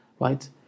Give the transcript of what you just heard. Right